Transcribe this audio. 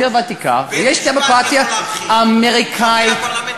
יש דמוקרטיה אמריקנית,